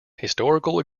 historical